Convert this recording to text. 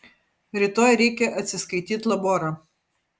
rytoj reikia atsiskaityt laborą